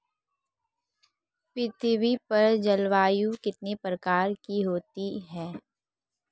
पृथ्वी पर जलवायु कितने प्रकार की होती है?